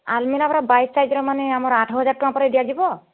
ଆଲ୍ମିରା ପରା ବାଇଶ ସାଇଜ୍ର ମାନେ ଆମର ଆଠହଜାର ଟଙ୍କା ପରେ ଦିଆଯିବ